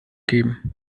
geben